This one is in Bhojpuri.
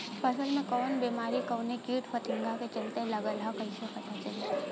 फसल में कवन बेमारी कवने कीट फतिंगा के चलते लगल ह कइसे पता चली?